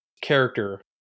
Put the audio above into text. character